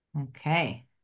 Okay